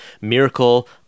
Miracle